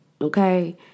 Okay